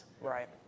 Right